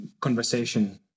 conversation